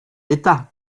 états